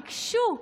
ביקשו,